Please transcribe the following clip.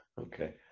okay